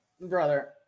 brother